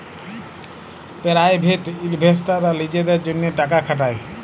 private ইলভেস্টাররা লিজেদের জ্যনহে টাকা খাটায়